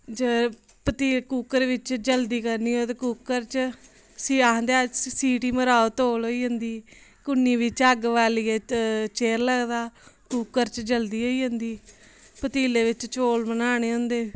प कुकर बिच्च जल्दी करनी होऐ ते कुकर च उसी आखदे सी टी मराओ तौल होई जंदी कुन्नी बिच्च अग्ग बालियै चिर लगदा कुकर च जल्दी होई जंदी पतीले बिच्च चौल बनाने होंदे